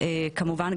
כמובן,